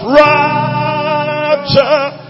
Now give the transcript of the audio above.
rapture